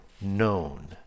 known